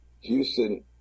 Houston